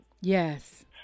Yes